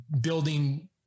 building